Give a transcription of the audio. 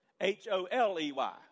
H-O-L-E-Y